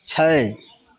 छै